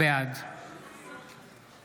בעד